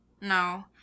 No